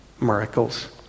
miracles